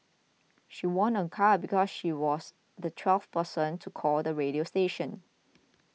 she won a car because she was the twelfth person to call the radio station